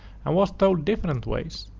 and was told different ways.